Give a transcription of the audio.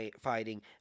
fighting